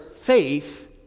faith